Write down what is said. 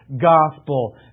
gospel